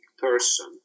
person